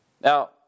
Now